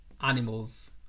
animals